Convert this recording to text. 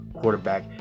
quarterback